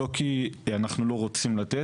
לא כי אנחנו לא רוצים לתת,